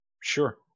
sure